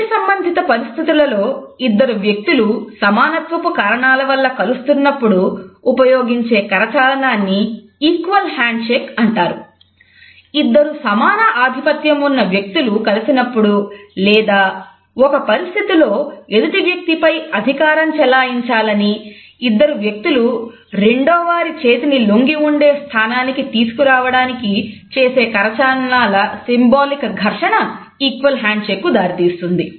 వృత్తి సంబంధిత పరిస్థితులలో ఇద్దరు వ్యక్తులు సమానత్వపు కారణాల వల్ల కలుస్తున్నప్పుడు ఉపయోగించే కరచాలనాన్ని ఈక్వల్ హ్యాండ్షేక్ కు దారి తీస్తుంది